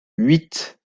huit